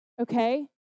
Okay